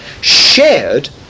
shared